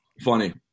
funny